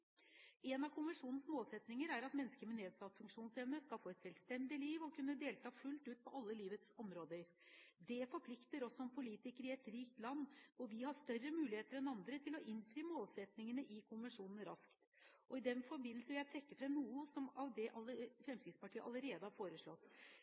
til mennesker med nedsatt funksjonsevne. En av konvensjonens målsetninger er at mennesker med nedsatt funksjonsevne skal få et selvstendig liv og kunne delta fullt ut på alle livets områder. Dette forplikter oss som politikere i et rikt land, og vi har større muligheter enn andre til å innfri målsettingene i konvensjonen raskt. I den forbindelse vil jeg trekke fram noe av det